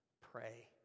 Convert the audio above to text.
Pray